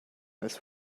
this